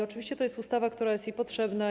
Oczywiście to jest ustawa, która jest potrzebna.